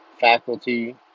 faculty